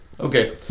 Okay